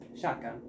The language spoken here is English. shotgun